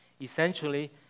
Essentially